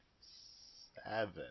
seven